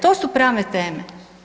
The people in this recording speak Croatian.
To su pravne teme.